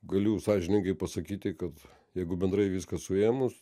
galiu sąžiningai pasakyti kad jeigu bendrai viską suėmus